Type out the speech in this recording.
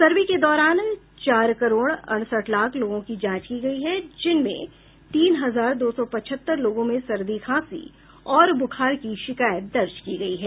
सर्वे के दौरान चार करोड़ अड़सठ लाख लोगों की जांच की गयी है जिनमें तीन हजार दो सौ पचहत्तर लोगों में सर्दी खांसी और ब्रुखार की शिकायत दर्ज की गई है